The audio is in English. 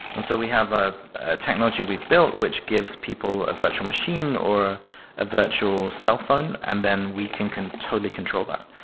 and so we have ah a technology we've built which gives people a virtual machine or a virtual cellphone and then we can can totally control that.